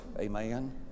amen